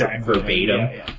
verbatim